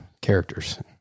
characters